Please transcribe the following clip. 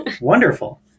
Wonderful